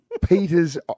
Peter's